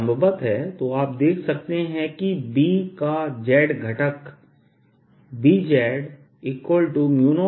लंबवत है तो आप देख सकते हैं कि B का z घटक z0I4πdlr r